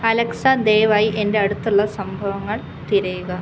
Alexa ദയവായി എന്റെ അടുത്തുള്ള സംഭവങ്ങൾ തിരയുക